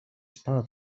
spała